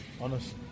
Honest